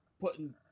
putting